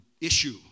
issue